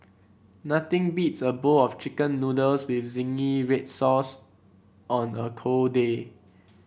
nothing beats a bowl of chicken noodles with zingy red sauce on a cold day